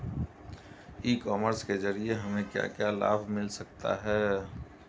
ई commerce के ज़रिए हमें क्या क्या लाभ मिल सकता है?